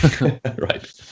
Right